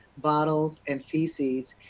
bottles, and feces.